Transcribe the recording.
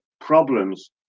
problems